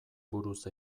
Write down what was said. buruz